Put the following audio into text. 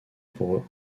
pour